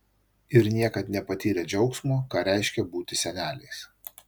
ir niekad nepatyrę džiaugsmo ką reiškia būti seneliais